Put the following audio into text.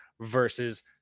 versus